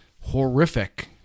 horrific